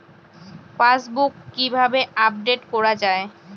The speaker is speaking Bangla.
পাশবুক কিভাবে আপডেট করা হয়?